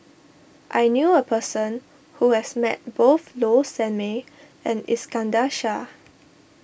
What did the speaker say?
I knew a person who has met both Low Sanmay and Iskandar Shah